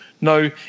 No